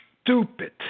stupid